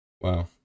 Wow